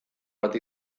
bat